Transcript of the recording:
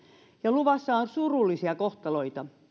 ja luvassa on surullisia kohtaloita